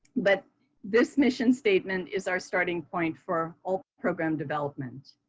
but this mission statement is our starting point for all program development.